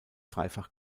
dreifach